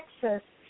Texas